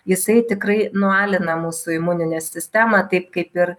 jisai tikrai nualina mūsų imuninę sistemą taip kaip ir